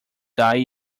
die